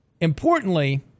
Importantly